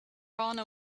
honor